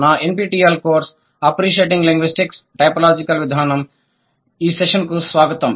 నా NPTEL course appreciating linguistics typological విధానం Appreciating Linguistics A typological approach యొక్క ఈ సెషన్కు స్వాగతం